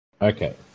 Okay